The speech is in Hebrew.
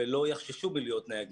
ולא יחששו להיות נהגים.